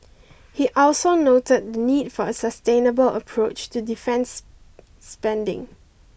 he also noted the need for a sustainable approach to defence spending